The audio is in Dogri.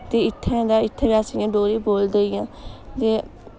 ते इत्थैं ते इत्थैं अस इ'यां डोगरी बोलदे इ'यां ते